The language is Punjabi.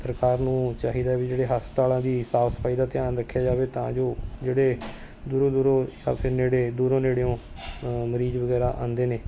ਸਰਕਾਰ ਨੂੰ ਚਾਹੀਦਾ ਹੈ ਵੀ ਜਿਹੜੇ ਹਸਪਤਾਲਾਂ ਦੀ ਸਾਫ਼ ਸਫ਼ਾਈ ਦਾ ਧਿਆਨ ਰੱਖਿਆ ਜਾਵੇ ਤਾਂ ਜੋ ਜਿਹੜੇ ਦੂਰੋਂ ਦੂਰੋਂ ਜਾਂ ਫਿਰ ਨੇੜੇ ਦੂਰੋਂ ਨੇੜਿਓਂ ਮਰੀਜ਼ ਵਗੈਰਾ ਆਉਂਦੇ ਨੇ